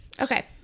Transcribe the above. Okay